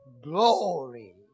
glory